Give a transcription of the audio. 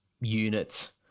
unit